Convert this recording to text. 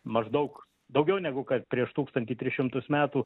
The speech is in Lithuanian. maždaug daugiau negu kad prieš tūkstantį tris šimtus metų